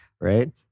right